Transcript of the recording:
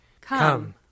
Come